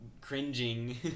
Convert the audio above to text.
cringing